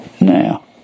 Now